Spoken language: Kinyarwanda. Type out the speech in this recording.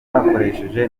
bakoresheje